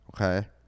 okay